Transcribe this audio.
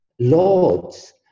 lords